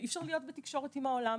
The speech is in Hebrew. ואי אפשר להיות בתקשורת עם העולם.